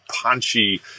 punchy